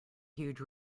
huge